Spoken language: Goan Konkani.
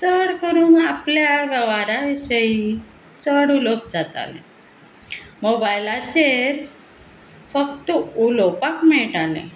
चड करून आपल्या वेव्हारा विशयी चड उलोवप जातालें मोबायलाचेर फक्त उलोवपाक मेळटालें